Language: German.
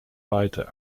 weiter